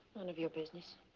none of your business.